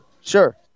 Sure